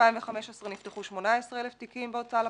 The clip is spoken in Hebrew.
ב-2015 נפתחו 18,000 תיקים בהוצאה לפועל,